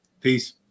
Peace